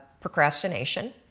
procrastination